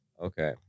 Okay